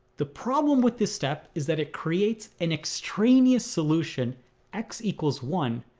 the problem with this step is that it creates an extraneous solution x equals one,